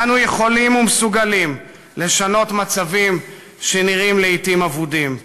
ואנו יכולים ומסוגלים לשנות מצבים שנראים לעתים אבודים.